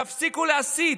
תפסיקו להסית.